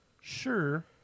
Sure